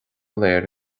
léir